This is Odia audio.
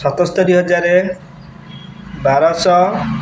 ସତସ୍ତରି ହଜାର ବାରଶହ